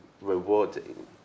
rewarding